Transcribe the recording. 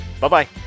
Bye-bye